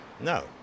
No